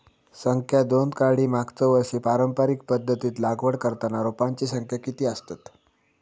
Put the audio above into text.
संख्या दोन काडी मागचो वर्षी पारंपरिक पध्दतीत लागवड करताना रोपांची संख्या किती आसतत?